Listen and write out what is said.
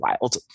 wild